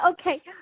Okay